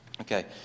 Okay